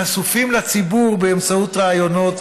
חשופים לציבור באמצעות ראיונות,